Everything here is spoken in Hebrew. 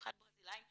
במיוחד ברזילאים,